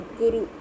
guru